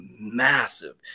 massive